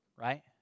right